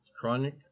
Chronic